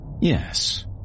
Yes